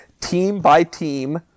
team-by-team